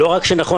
לא רק שנכון,